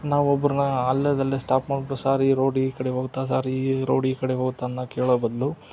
ನಾವು ಒಬ್ರನ್ನ ಅಲ್ಲಲ್ಲೇ ಸ್ಟಾಪ್ ಮಾಡಿಬಿಟ್ಟು ಸಾರ್ ಈ ರೋಡ್ ಈ ಕಡೆ ಹೋಗುತ್ತಾ ಸಾರ್ ಈ ರೋಡ್ ಈ ಕಡೆ ಹೋಗುತ್ತಾ ಅನ್ನೋ ಕೇಳೋ ಬದಲು